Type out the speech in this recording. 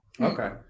Okay